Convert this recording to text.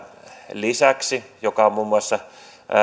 lisäksi joka on muun muassa